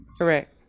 Correct